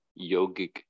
yogic